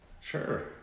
Sure